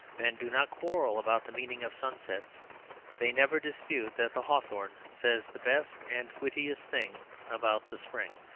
men do not quarrel about the meaning of sunsets they never dispute that the hawthorn says the best and wittiest thing about the spring.